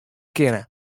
kinne